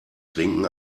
trinken